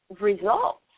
results